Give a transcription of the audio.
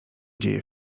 dzieje